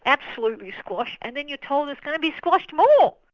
absolutely squashed. and then you're told it's gonna be squashed more.